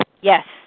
Yes